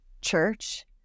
church